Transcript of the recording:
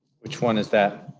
which one is that?